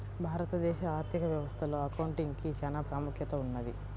భారతదేశ ఆర్ధిక వ్యవస్థలో అకౌంటింగ్ కి చానా ప్రాముఖ్యత ఉన్నది